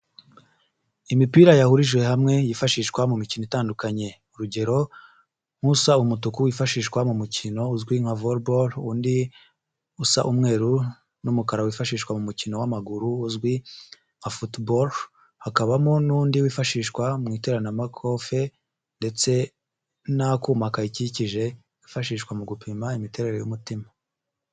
Imipira yahurijwe hamwe yifashishwa mu mikino itandukanye. Urugero nk'usa umutuku wifashishwa mu mukino uzwi nka ''volleyball'', undi usa umweru n'umukara wifashishwa mu mukino w'amaguru uzwi nka ''football'', hakabamo n'undi wifashishwa mu iteranamakofe ndetse n'akuma kayikikije kifashishwa mu gupima imiterere y'umutima.